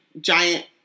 giant